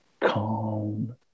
calm